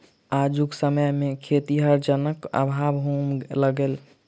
आजुक समय मे खेतीहर जनक अभाव होमय लगलै